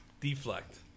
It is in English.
Deflect